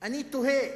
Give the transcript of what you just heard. אני תוהה